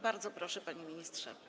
Bardzo proszę, panie ministrze.